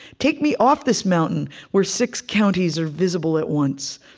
take me off this mountain where six counties are visible at once.